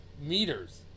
meters